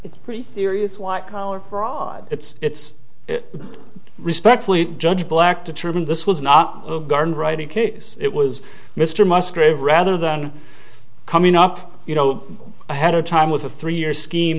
it's pretty serious white collar fraud it's respectfully judge black determine this was not a garden variety case it was mr musgrave rather than coming up you know ahead of time with a three year scheme